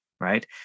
right